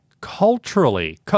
culturally